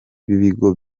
b’ibigo